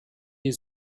die